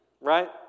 right